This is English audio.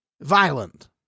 violent